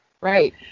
Right